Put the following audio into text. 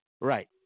Right